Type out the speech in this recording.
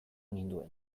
ninduen